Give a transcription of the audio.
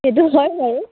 সেইটো হয় বাৰু